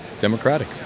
Democratic